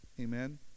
amen